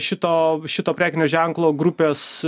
šito šito prekinio ženklo grupės